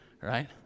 right